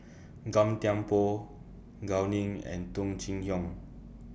Gan Thiam Poh Gao Ning and Tung Chye Hong